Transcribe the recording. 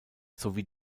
sowie